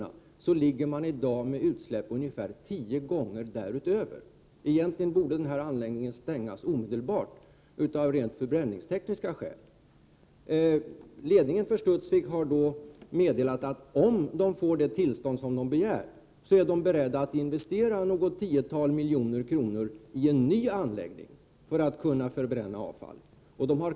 Egentligen borde denna anläggning stängas omedelbart, av rent förbränningstekniska skäl. Ledningen för Studsvik har meddelat att den är beredd att investera något tiotal miljoner kronor i en ny anläggning för att kunna förbränna avfall, om den får det tillstånd som begärs.